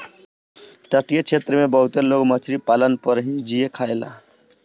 तटीय क्षेत्र में बहुते लोग मछरी पालन पर ही जिए खायेला